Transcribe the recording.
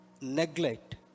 neglect